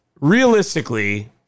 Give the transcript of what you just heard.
Realistically